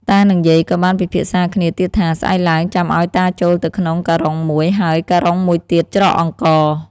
តានិងយាយក៏បានពិភាក្សាគ្នាទៀតថា ស្អែកឡើងចាំឱ្យតាចូលទៅក្នុងការុងមួយ ហើយការុងមួយទៀតច្រកអង្ករ។